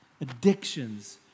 addictions